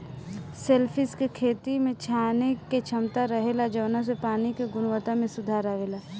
shellfish के खेती में छाने के क्षमता रहेला जवना से पानी के गुणवक्ता में सुधार अवेला